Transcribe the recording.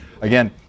again